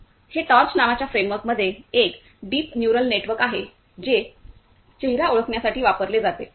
हे टॉर्च नावाच्या फ्रेमवर्कमध्ये एक डीप न्यूरल नेटवर्क आहे जे चेहरा ओळखण्यासाठी वापरले जाते